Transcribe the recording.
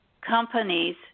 companies